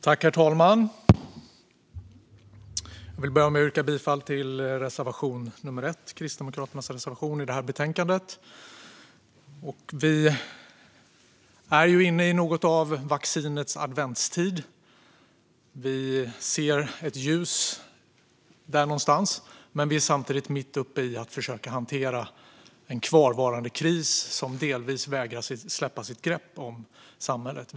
Herr talman! Jag vill börja med att yrka bifall till reservation 1, Kristdemokraternas reservation i betänkandet. Vi är inne i något av vaccinets adventstid. Vi ser ett ljus där någonstans, men vi är samtidigt mitt uppe i att försöka hantera en kvarvarande kris som delvis vägrar släppa sitt grepp om samhället.